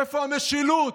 איפה המשילות?